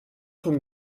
vom